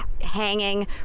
hanging